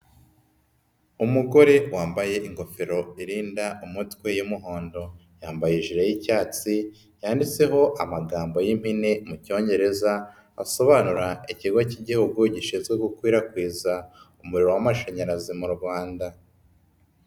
Umugore wambaye ingofero irinda umutwe y'umuhondo, yambaye ijire y'icyatsi yanditseho amagambo y'impine mu Cyongereza asobanura Ikigo k'Igihugu gishinzwe gukwirakwiza umuriro w'amashanyarazi mu Rwanda.